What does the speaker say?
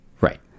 Right